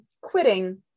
quitting